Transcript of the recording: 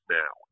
now